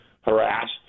harassed